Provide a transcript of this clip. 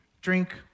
drink